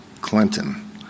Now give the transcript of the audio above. Clinton